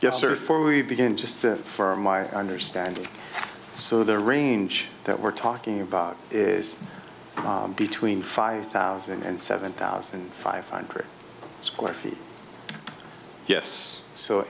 yes sir for we begin just for my understanding so the range that we're talking about is between five thousand and seven thousand five hundred square feet yes so